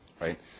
Right